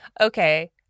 Okay